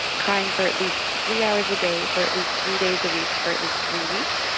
crying for at least three hours a day, for at least three days a week, for at least three weeks.